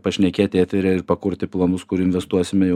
pašnekėti eteryje ir pakurti planus kur investuosime jau